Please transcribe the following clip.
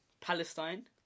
Palestine